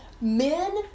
men